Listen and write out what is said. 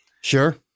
Sure